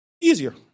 easier